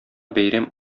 бәйрәм